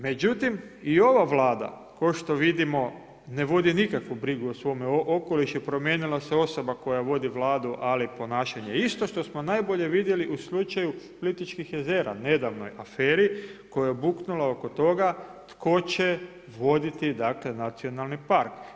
Međutim, i ova Vlada kao što vidimo ne vodi nikakvu brigu o svome okolišu i promijenila se osoba koja vodi Vladi ali ponašanje je isto što smo najbolje vidjeli u slučaju Plitvičkih jezera, nedavnoj aferi koja buknula oko toga tko će voditi nacionalni park.